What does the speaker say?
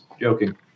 joking